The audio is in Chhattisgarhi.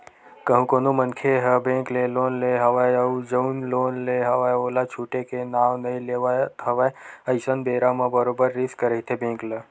कहूँ कोनो मनखे ह बेंक ले लोन ले हवय अउ जउन लोन ले हवय ओला छूटे के नांव नइ लेवत हवय अइसन बेरा म बरोबर रिस्क रहिथे बेंक ल